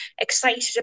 excited